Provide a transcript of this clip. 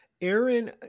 Aaron